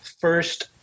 first